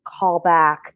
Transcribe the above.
callback